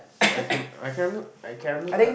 I can I can I can